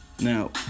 Now